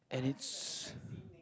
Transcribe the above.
and it's